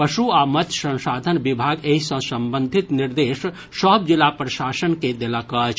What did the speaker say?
पशु आ मत्स्य संसाधन विभाग एहि सॅ संबंधित निर्देश सभ जिला प्रशासन के देलक अछि